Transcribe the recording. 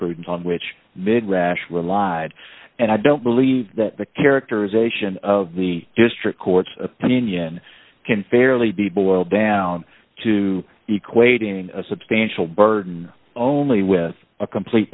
e on which mid rash relied and i don't believe that the characterization of the district court's opinion can fairly be boiled down to equating a substantial burden only with a complete